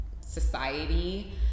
society